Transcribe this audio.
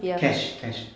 cash cash